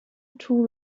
too